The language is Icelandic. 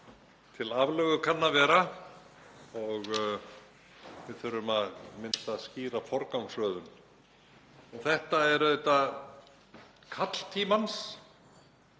til aflögu kann að vera og við þurfum að mynda skýra forgangsröðun. Þetta er auðvitað kall tímans,